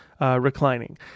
reclining